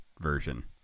version